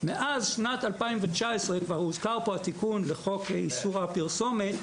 מאז שנת 2019 כבר הוזכר פה התיקון לחוק איסור הפרסומת,